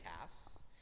tasks